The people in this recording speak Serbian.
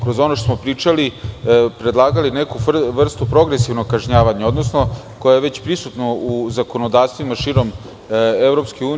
Kroz ono što smo pričali predlagali smo neku vrstu progresivnog kažnjavanja, odnosno onog koje je već prisutno u zakonodavstvima širom EU.